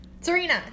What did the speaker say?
Serena